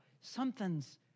Something's